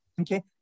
Okay